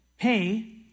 pay